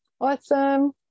awesome